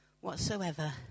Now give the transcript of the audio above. whatsoever